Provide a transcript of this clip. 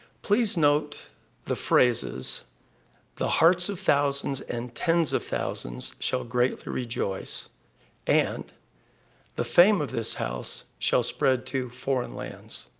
please note the phrases the hearts of thousands and tens of thousands shall greatly rejoice and the fame of this house shall spread to foreign lands.